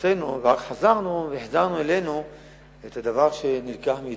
מארצנו ורק חזרנו והחזרנו אלינו את הדבר שנלקח מאתנו.